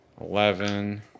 Eleven